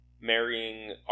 marrying